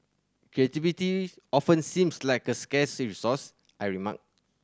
creativity often seems like a scarce resource I remark